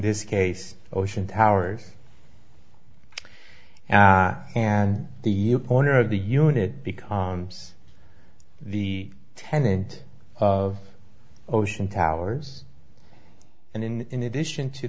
this case ocean towers and the owner of the unit becomes the tenant of ocean towers and in in addition to